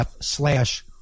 slash